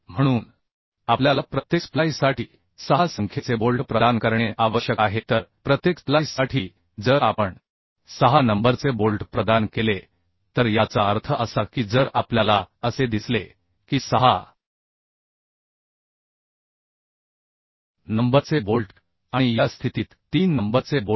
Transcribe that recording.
म्हणून आपल्याला प्रत्येक स्प्लाइससाठी 6 संख्येचे बोल्ट प्रदान करणे आवश्यक आहे तर प्रत्येक स्प्लाइससाठी जर आपण 6 नंबरचे बोल्ट प्रदान केले तर याचा अर्थ असा की जर आपल्याला असे दिसले की 6 नंबरचे बोल्ट म्हणजे या स्थितीत 3 नंबरचे बोल्ट आणि या स्थितीत 3 नंबरचे बोल्ट